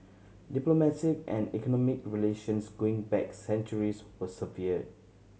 diplomatic and economic relations going back centuries were severed